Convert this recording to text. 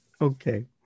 Okay